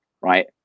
right